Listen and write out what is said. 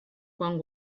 quan